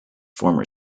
former